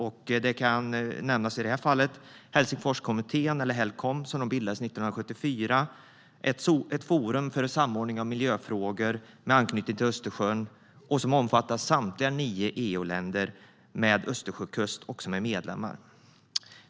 I det här sammanhanget kan nämnas Helsingforskommittén, eller Helcom, som bildades 1974. Det är ett forum för samordning av miljöfrågor med anknytning till Östersjön som omfattar samtliga nio EU-länder med Östersjökust.